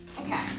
Okay